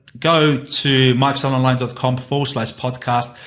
go to microsoft online dot com forward slash podcast.